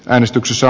äänestyksessä